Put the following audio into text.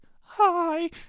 Hi